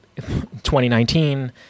2019